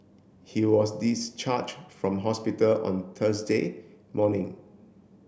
he was discharged from hospital on Thursday morning